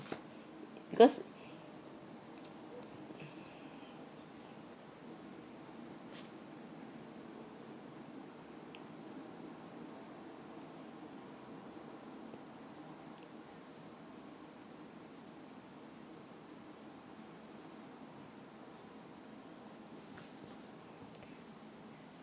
because